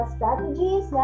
Strategies